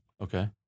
Okay